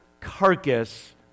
carcass